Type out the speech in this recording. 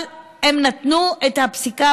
אבל הם נתנו את הפסיקה,